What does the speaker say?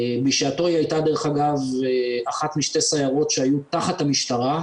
בשעתו היא הייתה אחת משתי סיירות שהיו תחת המשטרה,